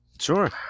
Sure